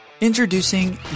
Introducing